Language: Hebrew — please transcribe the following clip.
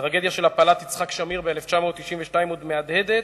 הטרגדיה של הפלת יצחק שמיר ב-1992 עוד מהדהדת,